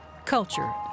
Culture